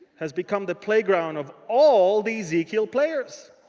has become the playground of all these ezekiel players.